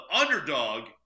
underdog